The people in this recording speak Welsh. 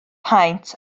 paent